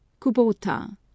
Kubota